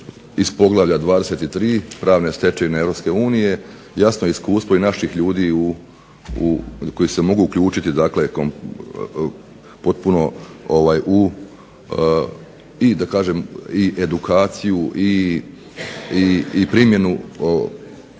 iz poglavlja 23. Pravne stečevine Europske unije jasno iskustvo i naših ljudi koji se mogu uključiti dakle potpuno u i da kažem i edukaciju i primjenu